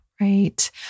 right